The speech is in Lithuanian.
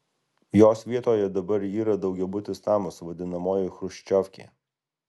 jos vietoje dabar yra daugiabutis namas vadinamoji chruščiovkė